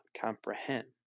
comprehend